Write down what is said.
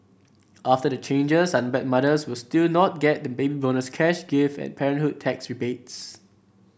after the changes unwed mothers will still not get the Baby Bonus cash gift and parenthood tax rebates